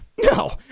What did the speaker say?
no